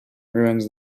ruins